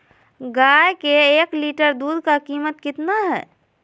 गाय के एक लीटर दूध का कीमत कितना है?